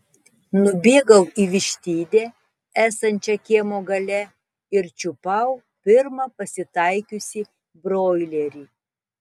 nubėgau į vištidę esančią kiemo gale ir čiupau pirmą pasitaikiusį broilerį